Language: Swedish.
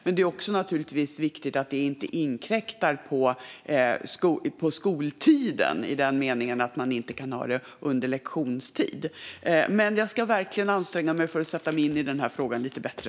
Men det är naturligtvis också viktigt att detta inte inkräktar på skoltiden i den meningen att man inte kan göra detta under lektionstid. Men jag ska verkligen anstränga mig för att sätta mig in i denna fråga lite bättre.